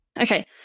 Okay